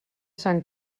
sant